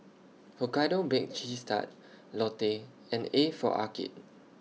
Hokkaido Baked Cheese Tart Lotte and A For Arcade